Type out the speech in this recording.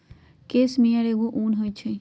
case मेयर एगो उन होई छई